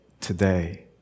today